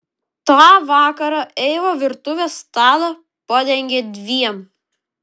tą vakarą eiva virtuvės stalą padengė dviem